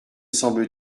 semble